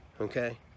okay